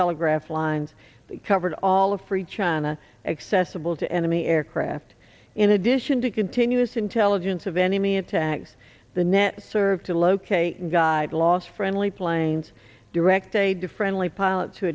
telegraph lines covered all of free china accessible to enemy aircraft in addition to continuous intelligence of enemy attacks the net serve to locate and guide lost friendly planes direct aid to friendly pilots who